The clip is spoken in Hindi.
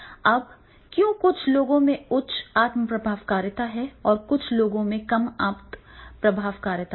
अब क्यों कुछ लोगों में उच्च आत्म प्रभावकारिता है और कुछ लोगों में कम आत्म प्रभावकारिता है